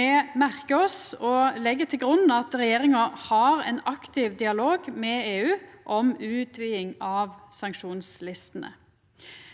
Me merkar oss og legg til grunn at regjeringa har ein aktiv dialog med EU om utviding av sanksjonslistene.